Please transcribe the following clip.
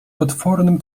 potwornym